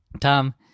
Tom